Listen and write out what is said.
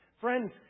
friends